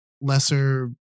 lesser